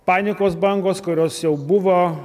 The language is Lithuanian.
panikos bangos kurios jau buvo